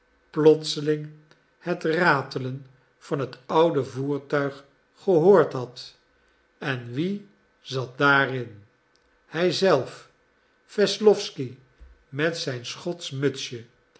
plotseling het ratelen van het oude voertuig gehoord had en wie zat daarin hij zelf wesslowsky met zijn schotsch mutsje